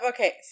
Okay